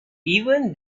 even